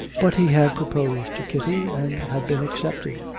but he had proposed to kitty and had been accepted,